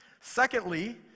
Secondly